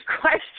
question